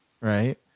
Right